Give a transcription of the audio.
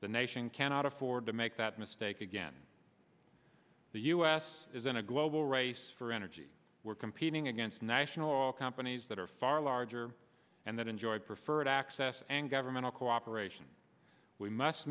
the nation cannot afford to make that stake again the u s is in a global race for energy we're competing against national oil companies that are far larger and that enjoyed preferred access and governmental cooperation we must